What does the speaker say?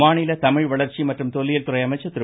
மாநில தமிழ் வளர்ச்சி மற்றும் தொல்லியல் துறை அமைச்சர் திரு